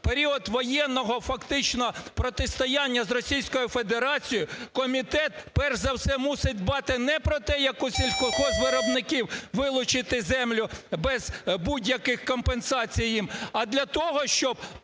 період воєнного фактично протистояння з Російською Федерацією, комітет перш за все мусить дбати не про те, як у сільгоспвиробників вилучити землю без будь-яких компенсацій їм, а для того, щоб